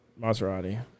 Maserati